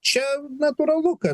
čia natūralu kad